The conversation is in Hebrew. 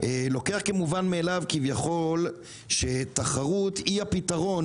לוקח כמובן מאליו כביכול שתחרות היא הפתרון